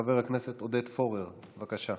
חבר הכנסת עודד פורר, בבקשה.